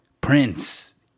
Prince